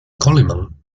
coleman